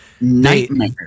nightmare